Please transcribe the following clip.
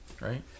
Right